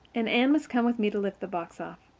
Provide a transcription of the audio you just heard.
and anne must come with me to lift the box off.